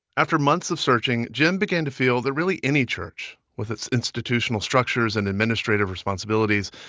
after months of searching, jim began to feel that really any church, with its institutional structures and administrative responsibilities,